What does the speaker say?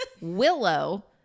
Willow